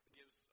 gives